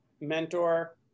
mentor